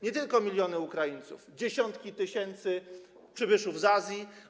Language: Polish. Nie tylko miliony Ukraińców - dziesiątki tysięcy przybyszów z Azji.